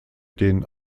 den